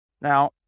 Now